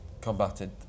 combated